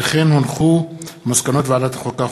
מסקנות ועדת החוקה,